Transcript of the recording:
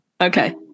okay